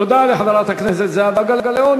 תודה, חברת הכנסת סבטלובה.